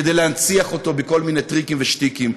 כדי להנציח אותו בכל מיני טריקים ושטיקים,